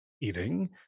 eating